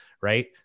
right